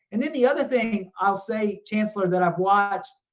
and then the other thing i'll say, chancellor, that i've watched,